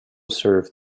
serve